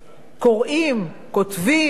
כותבים, מדברים בה.